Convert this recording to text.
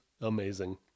amazing